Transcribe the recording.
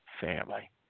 family